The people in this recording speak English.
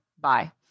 bye